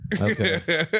Okay